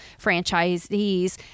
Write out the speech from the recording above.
franchisees